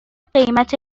قیمت